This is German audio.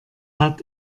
hat